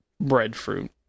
breadfruit